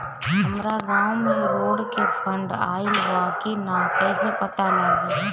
हमरा गांव मे रोड के फन्ड आइल बा कि ना कैसे पता लागि?